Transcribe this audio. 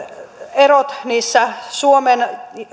erot niissä suomen